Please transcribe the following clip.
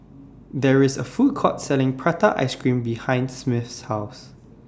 There IS A Food Court Selling Prata Ice Cream behind Smith's House